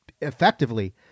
effectively